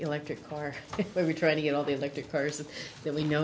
electric car where we try to get all the electric cars that we know